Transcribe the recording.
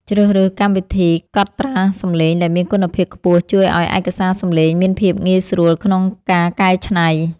ជ្រើសរើសកម្មវិធីកត់ត្រាសំឡេងដែលមានគុណភាពខ្ពស់ជួយឱ្យឯកសារសំឡេងមានភាពងាយស្រួលក្នុងការកែច្នៃ។